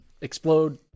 explode